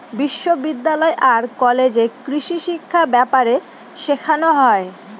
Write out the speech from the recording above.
বিশ্ববিদ্যালয় আর কলেজে কৃষিশিক্ষা ব্যাপারে শেখানো হয়